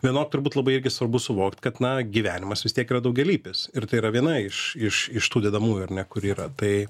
vienok turbūt labai irgi svarbu suvokt kad na gyvenimas vis tiek yra daugialypis ir tai yra viena iš iš tų dedamųjų ar ne kur yra tai